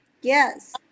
Yes